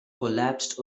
collapsed